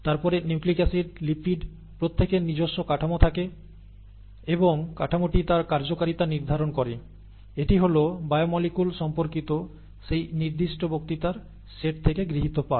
তারপরে nucleic acid lipid প্রত্যেকের নিজস্ব কাঠামো থাকে এবং কাঠামোটি তার কার্যকারিতা নির্ধারণ করে এটি হল বায়োমোলিকুল সম্পর্কিত সেই নির্দিষ্ট বক্তৃতার সেট থেকে গৃহীত পাঠ